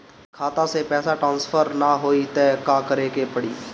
खाता से पैसा टॉसफर ना होई त का करे के पड़ी?